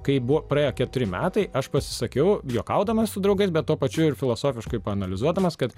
kai buvo praėjo keturi metai aš pasisakiau juokaudamas su draugais bet tuo pačiu ir filosofiškai paanalizuodamas kad